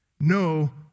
No